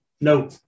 No